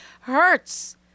hurts